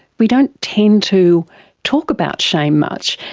we don't tend to talk about shame much.